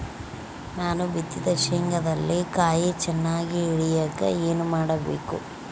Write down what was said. ನಾನು ಬಿತ್ತಿದ ಶೇಂಗಾದಲ್ಲಿ ಕಾಯಿ ಚನ್ನಾಗಿ ಇಳಿಯಕ ಏನು ಮಾಡಬೇಕು?